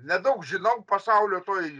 nedaug žinau pasaulio toj